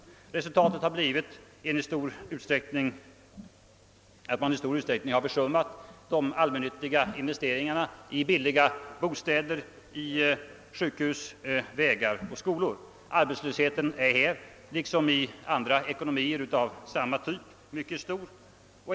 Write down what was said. Resultatet har blivit att man i stor utsträckning har försummat allmännyttiga investeringar i billiga bostäder, sjukhus, vägar och skolor. Arbetslösheten är här liksom i andra ekonomier av samma typ mycket stor.